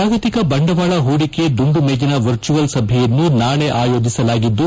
ಜಾಗತಿಕ ಬಂಡವಾಳ ಹೂಡಿಕೆ ದುಂಡು ಮೇಜಿನ ವರ್ಚುಯಲ್ ಸಭೆಯನ್ನು ನಾಳಿ ಆಯೋಜಿಸಲಾಗಿದ್ದು